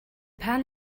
pan